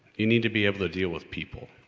you need to be able to deal with people.